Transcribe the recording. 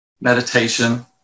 meditation